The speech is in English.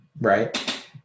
right